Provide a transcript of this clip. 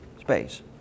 space